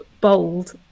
bold